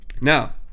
Now